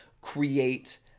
create